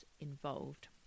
involved